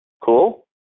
Cool